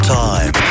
time